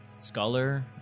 scholar